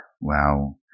Wow